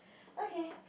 okay